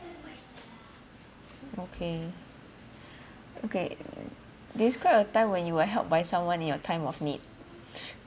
okay okay describe a time when you were helped by someone in your time of need